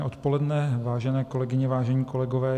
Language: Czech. Pěkné odpoledne, vážené kolegyně, vážení kolegové.